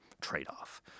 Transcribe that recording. trade-off